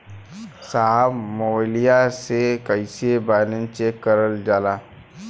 साहब मोबइलवा से कईसे बैलेंस चेक करल जाला?